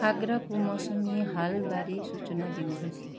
आग्राको मौसमी हालबारे सूचना दिनुहोस्